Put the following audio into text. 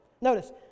Notice